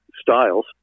styles